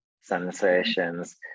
sensations